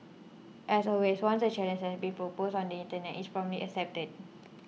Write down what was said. as always once a challenge has been proposed on the internet is promptly accepted